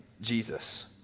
Jesus